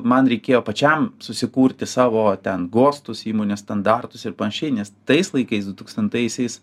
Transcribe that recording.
man reikėjo pačiam susikurti savo ten gostus įmonės standartus ir panašiai nes tais laikais dutūkstantaisiais